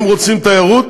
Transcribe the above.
אם רוצים תיירות